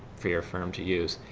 for your firm to use.